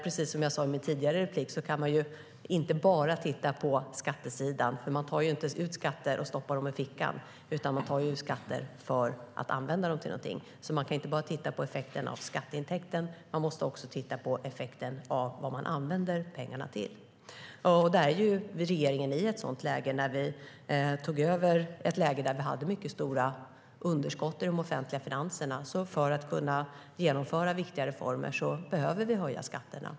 Precis som jag sa i mitt tidigare inlägg kan man inte bara titta på skattesidan. Man tar nämligen inte ut skatter och stoppar dem i fickan, utan man tar ut skatter för att använda dem till någonting. Man kan alltså inte bara titta på effekten av skatteintäkten, utan man måste även titta på effekten av vad man använder pengarna till. Regeringen är i ett sådant läge att det när vi tog över fanns mycket stora underskott i de offentliga finanserna. För att kunna genomföra viktiga reformer behöver vi därför höja skatterna.